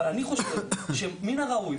אבל אני חושב שמן הראוי,